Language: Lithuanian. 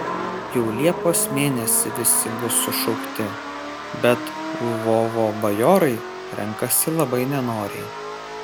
jau liepos mėnesį visi bus sušaukti bet lvovo bajorai renkasi labai nenoriai